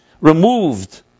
removed